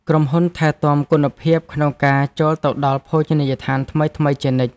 ក្រុមហ៊ុនថែទាំគុណភាពក្នុងការចូលទៅដល់ភោជនីយដ្ឋានថ្មីៗជានិច្ច។